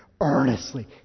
earnestly